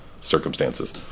circumstances